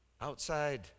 outside